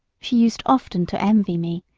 she used often to envy me,